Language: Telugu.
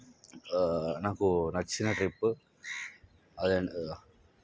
నాకు నచ్చిన ట్రిప్పు అది అండీ